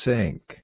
Sink